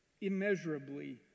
immeasurably